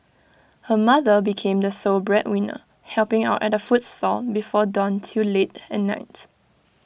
her mother became the sole breadwinner helping out at A food stall before dawn till late at nights